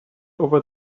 over